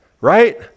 right